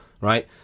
right